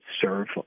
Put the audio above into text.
serve